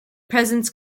presence